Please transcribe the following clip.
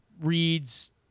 reads